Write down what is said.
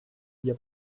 hier